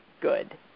good